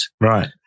Right